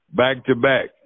back-to-back